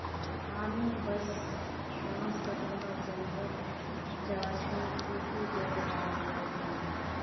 हामी बांस कटवा जंगल जा छि कुछू देर बाद लौट मु